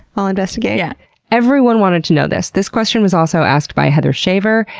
i'll investigate. yeah everyone wanted to know this. this question was also asked by heather shaver,